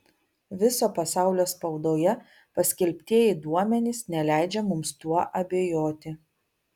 viso pasaulio spaudoje paskelbtieji duomenys neleidžia mums tuo abejoti